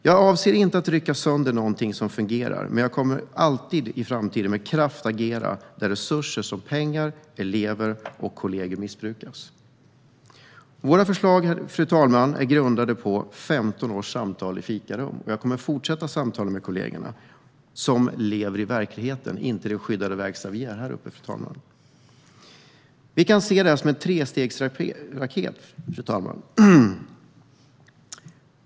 Jag avser inte att rycka sönder det som fungerar, men jag kommer alltid att agera med kraft om pengar, elever och kollegor missbrukas. Fru talman! Våra förslag grundar sig på 15 års samtal i fikarum, och jag kommer att fortsätta att samtala med kollegorna, som lever i verkligheten och inte i vår skyddade verkstad här. Vi kan se det som en trestegsraket.